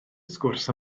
sgwrs